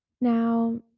now